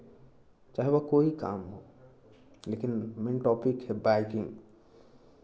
चाहे वह कोई काम हो लेकिन मेन टॉपिक है बाइकिंग